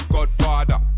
Godfather